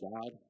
God